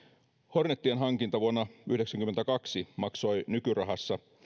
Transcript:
hornetien hankinta vuonna yhdeksänkymmentäkaksi maksoi nykyrahassa